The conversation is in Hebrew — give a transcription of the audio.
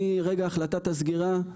מרגע החלטת הסגירה,